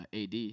AD